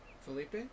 Felipe